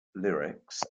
lyrics